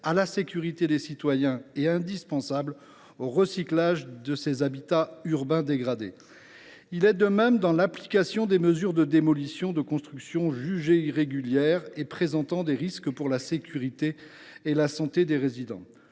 à la sécurité des citoyens et indispensable au recyclage des habitats urbains. Il en est de même quant à l’application des mesures de démolition des constructions jugées irrégulières ou présentant des risques pour la sécurité et la santé des résidents.